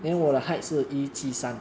你七十多